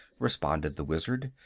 responded the wizard.